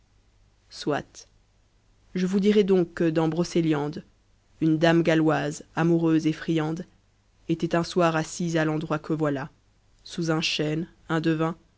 soit je vous dirai donc que dans brocéliande une dame galloise amoureuse et friande etant un soir assise à l'endroit que voilà sous un chêne un devin